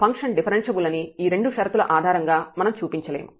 function differentiable అని ఈ రెండు షరతుల ఆధారంగా మనం చూపించలేము